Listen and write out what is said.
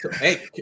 hey